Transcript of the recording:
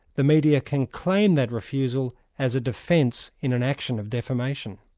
the media can claim that refusal as a defence in an action of defamation.